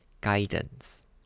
guidance